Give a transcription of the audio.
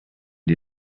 die